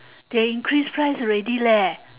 they increase price already leh